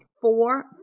Four